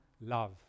love